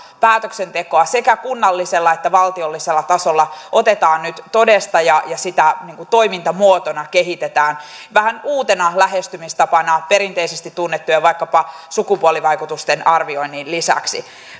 päätöksentekoa sekä kunnallisella että valtiollisella tasolla otetaan nyt todesta ja sitä toimintamuotona kehitetään vähän uutena lähestymistapana perinteisesti tunnettujen vaikkapa sukupuolivaikutusten arvioinnin lisäksi